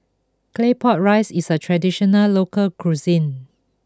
Claypot Rice is a traditional local cuisine